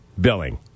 billing